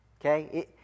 Okay